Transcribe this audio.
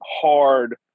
hard